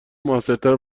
موثرتر